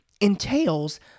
entails